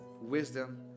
wisdom